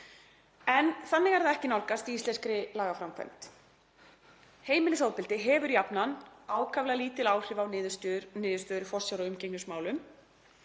En þannig er það ekki nálgast í íslenskri lagaframkvæmd. Heimilisofbeldi hefur jafnan ákaflega lítil áhrif á niðurstöðu í forsjár- og umgengnismálum